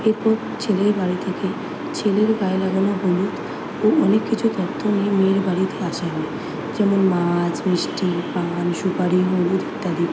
এরপর ছেলের বাড়ি থেকে ছেলের গায়ে লাগানো হলুদ ও অনেক কিছু তত্ত্ব নিয়ে মেয়ের বাড়িতে আসা হয় যেমন মাছ মিষ্টি পান সুপারি হলুদ ইত্যাদি